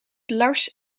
lars